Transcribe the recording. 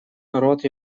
рот